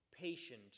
patient